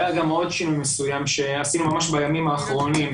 היה גם עוד שינוי מסוים שעשינו ממש בימים האחרונים,